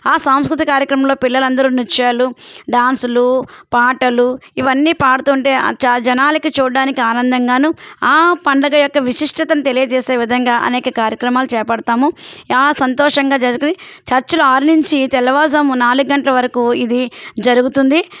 ఆ సాంస్కృతి కార్యక్రమంలో పిల్లలందరూ నృత్యాలు డాన్సులు పాటలు ఇవన్నీ పాడుతుంటే ఆ జనాలకి చూడ్డానికి ఆనందంగానూ ఆ పండగ యొక్క విశిష్టతను తెలియజేసే విధంగా అనేక కార్యక్రమాలు చేపడతాము ఆ సంతోషంగా జరిపి చర్చ్లో ఆరు నుంచి తెల్లవారుజాము నాలుగు గంటల వరకు ఇది జరుగుతుంది